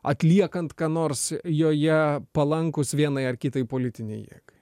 atliekant ką nors joje palankūs vienai ar kitai politinei jėgai